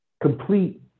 complete